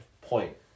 point